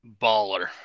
baller